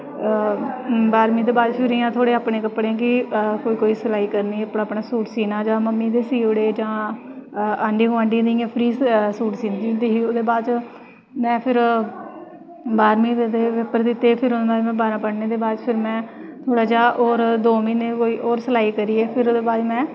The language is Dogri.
बाह्रमीं दे बाद अपने कपड़ें गी कोई कोई सलाई करनी सूट सीना जां मम्मी दे सी ओड़े जां आंढियें गोआंढियें दे फ्री सूट सींदी होंदी ही ओह्दे बाद च में फिर बाह्रमीं दे पेपर दित्ते पढ़ने दे बाद फिर दो म्हीने होर सलाई करियै ओह्दे बाद में